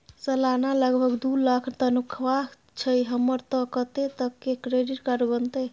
सलाना लगभग दू लाख तनख्वाह छै हमर त कत्ते तक के क्रेडिट कार्ड बनतै?